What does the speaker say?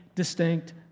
Distinct